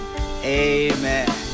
amen